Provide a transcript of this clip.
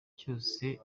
cyose